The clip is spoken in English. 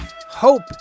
hope